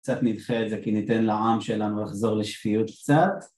קצת נדחה את זה כי ניתן לעם שלנו לחזור לשפיות קצת